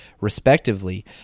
respectively